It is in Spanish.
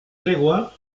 tregua